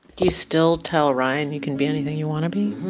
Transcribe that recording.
do you still tell ryan, you can be anything you want to be?